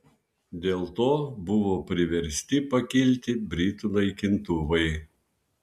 dėl to buvo priversti pakilti britų naikintuvai